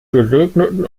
gesegneten